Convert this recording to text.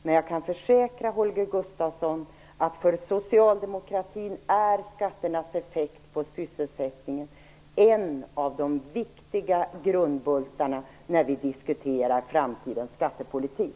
Men jag kan försäkra Holger Gustafsson att för socialdemokratin är skatternas effekt på sysselsättningen en av de viktiga grundbultarna när vi diskuterar framtidens skattepolitik.